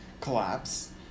collapse